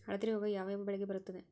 ಹಳದಿ ರೋಗ ಯಾವ ಯಾವ ಬೆಳೆಗೆ ಬರುತ್ತದೆ?